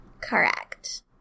Correct